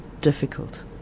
difficult